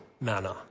manner